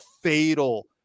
fatal